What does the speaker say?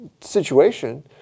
situation